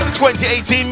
2018